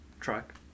truck